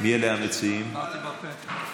דעה נוספת.